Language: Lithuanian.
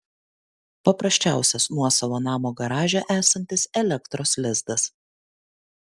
paprasčiausias nuosavo namo garaže esantis elektros lizdas